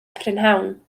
prynhawn